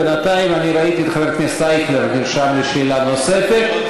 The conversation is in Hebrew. בינתיים אני ראיתי את חבר הכנסת אייכלר נרשם לשאלה נוספת.